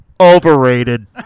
overrated